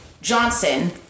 Johnson